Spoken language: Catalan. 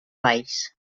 valls